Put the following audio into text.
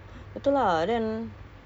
especially if you are a girl right